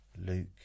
Luke